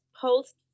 post